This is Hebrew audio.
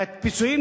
והפיצויים,